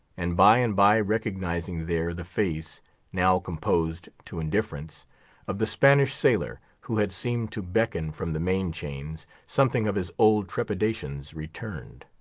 and, by-and-by, recognizing there the face now composed to indifference of the spanish sailor who had seemed to beckon from the main-chains something of his old trepidations returned.